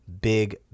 big